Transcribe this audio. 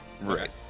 Right